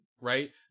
Right